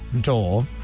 door